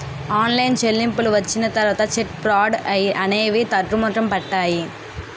online చెల్లింపులు వచ్చిన తర్వాత చెక్ ఫ్రాడ్స్ అనేవి తగ్గుముఖం పట్టాయి